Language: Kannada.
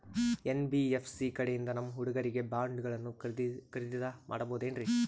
ಎನ್.ಬಿ.ಎಫ್.ಸಿ ಕಡೆಯಿಂದ ನಮ್ಮ ಹುಡುಗರಿಗೆ ಬಾಂಡ್ ಗಳನ್ನು ಖರೀದಿದ ಮಾಡಬಹುದೇನ್ರಿ?